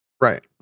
right